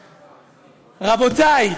רבותיי,